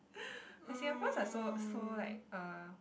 like Singaporeans are so so like uh